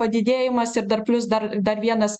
padidėjimas ir dar plius dar dar vienas